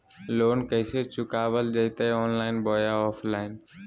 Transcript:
Loan कैसे चुकाबल जयते ऑनलाइन बोया ऑफलाइन?